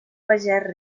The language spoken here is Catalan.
pagès